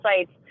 sites